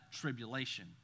tribulation